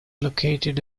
located